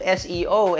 seo